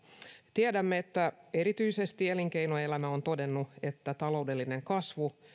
tiedämme että erityisesti elinkeinoelämä on todennut että taloudellinen kasvu